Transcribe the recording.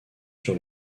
sur